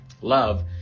Love